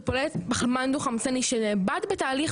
שפולטת פחמן דו חמצני --- נאבד בתהליך